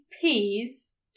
peas